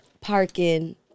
parking